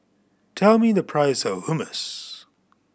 tell me the price of Hummus